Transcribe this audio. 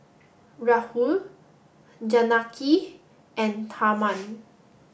Rahul Janaki and Tharman